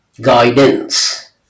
Guidance